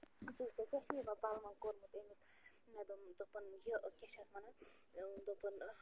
وُچھ ژےٚ کیٛاہ یِمن پَلوَن کوٚرمُت أمِس مےٚ دوٚپ دوٚپُن یہِ کیٛاہ چھِ اَتھ وَنان دوٚپُن